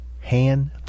hand